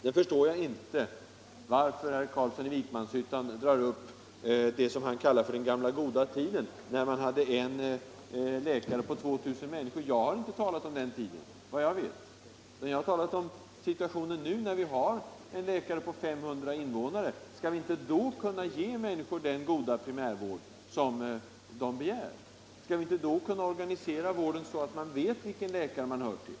Jag förstår inte varför herr Carlsson i Vikmanshyttan drar upp det som han kallar för den gamla goda tiden, när man hade en läkare på 2000 människor. Jag har inte talat om den tiden utan om dagens situation, där vi har en läkare på 500 invånare. Skall vi inte då kunna ge människorna den goda primärvård som de begär och organisera vården så att de vet vilken läkare de hör till?